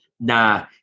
Nah